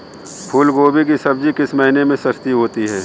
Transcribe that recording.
फूल गोभी की सब्जी किस महीने में सस्ती होती है?